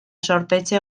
zorpetze